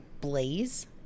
blaze